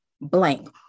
Blank